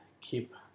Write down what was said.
keep